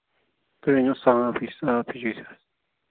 تُہۍ أنِو صاف ہِش صاف ہِش گژھِ آسٕنۍ